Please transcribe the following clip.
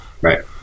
right